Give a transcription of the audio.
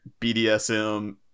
bdsm